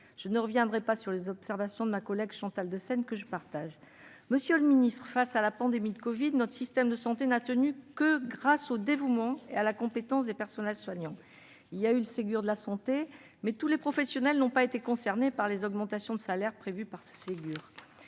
Je ne reviendrai pas sur les observations de notre collègue Chantal Deseyne, auxquelles je souscris pleinement ! Monsieur le ministre, face à la pandémie de covid-19, notre système de santé n'a tenu que grâce au dévouement et à la compétence des personnels soignants. Certes, il y a eu le Ségur de la santé, mais tous les professionnels ne sont pas concernés par les augmentations de salaire prévues. Il y